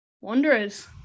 Wanderers